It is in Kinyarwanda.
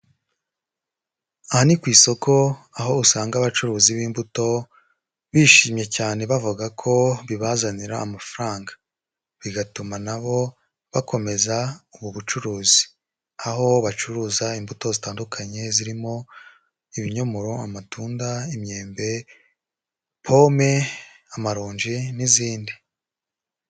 Aha ni ku isoko aho usanga abacuruzi b'imbuto bishimye cyane bavuga ko bibazanira amafaranga, bigatuma na bo bakomeza ubu bucuruzi. Aho bacuruza imbuto zitandukanye zirimo ibinyomoro, amatunda, imyembe, pome, amaronji n'izindi.